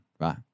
right